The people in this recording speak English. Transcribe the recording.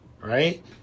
Right